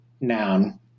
noun